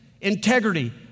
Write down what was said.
integrity